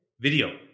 Video